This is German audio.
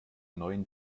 neuen